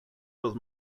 los